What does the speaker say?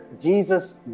Jesus